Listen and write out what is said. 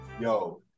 Yo